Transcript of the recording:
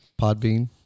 Podbean